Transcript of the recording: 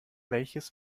welches